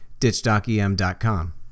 DitchDocEM.com